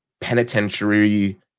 penitentiary